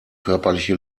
körperliche